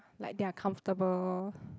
like they are comfortable